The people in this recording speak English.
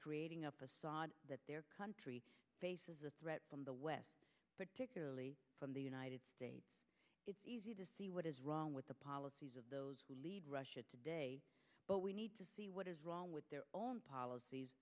creating up assad that their country faces a threat from the west particularly from the united states it's easy to see what is wrong with the policies of those who lead russia today but we need to see what is wrong with their own policies